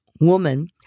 woman